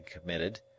committed